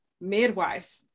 midwife